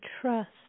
trust